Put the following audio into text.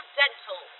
dental